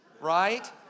right